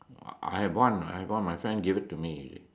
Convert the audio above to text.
!wah! I have one I have one my friend gave it to me